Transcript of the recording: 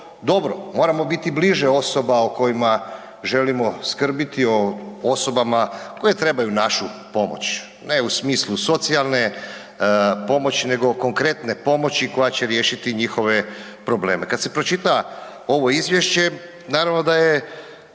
dobro, moramo biti bliže osoba o kojima želimo skrbiti o osobama koje trebaju našu pomoć ne u smislu socijalne pomoći nego konkretne pomoći koja će riješiti njihove probleme. Kad se pročita ovo izvješće naravno da je